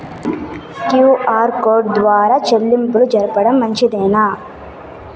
QR code ద్వారా చెల్లింపులు జరపడం మంచిదేనా?